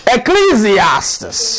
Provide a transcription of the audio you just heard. Ecclesiastes